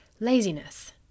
laziness